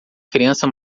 criança